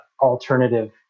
alternative